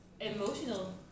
emotional